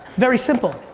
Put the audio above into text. very simple.